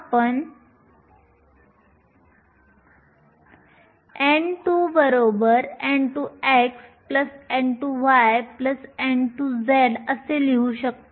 आपण त्यांना n2nx2ny2nz2 असे लिहू शकता